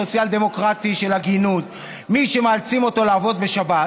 סוציאל-דמוקרטי של הגינות: מי שמאלצים אותו לעבוד בשבת